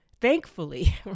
thankfully